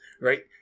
Right